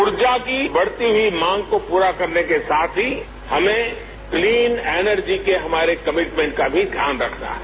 ऊर्जा की बढ़ती हुई मांग को पूरा करने के साथ ही हमें क्लीन एनर्जी के हमारे कमिटमेंट का भी ध्यान रखना है